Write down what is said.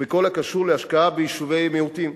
בכל הקשור להשקעה ביישובי מיעוטים: